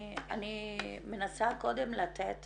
אני מנסה קודם לתת